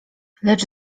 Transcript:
lecz